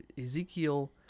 Ezekiel